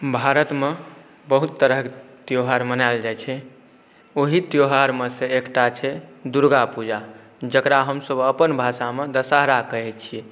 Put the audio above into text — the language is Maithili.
भारतमे बहुत तरहके त्योहार मनाएल जाइ छै ओहि त्योहारमेसँ एकटा छै दुर्गा पूजा जकरा हमसब अपन भाषामे दशहरा कहै छी